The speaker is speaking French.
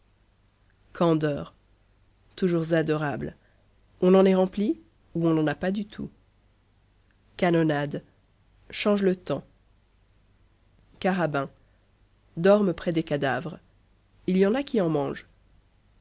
candeur toujours adorable on en est rempli ou on n'en a pas du tout canonade change le temps carabins dorment près des cadavres il y en a qui en mangent